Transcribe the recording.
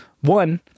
One